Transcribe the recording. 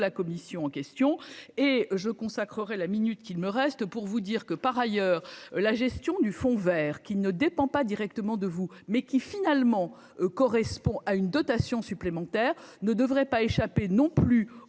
commission en question et je consacrerai la minute qu'il me reste pour vous dire que, par ailleurs, la gestion du fonds Vert qui ne dépend pas directement de vous mais qui finalement correspond à une dotation supplémentaire ne devrait pas échapper non plus au